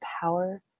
power